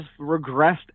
regressed